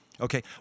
Okay